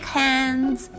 hands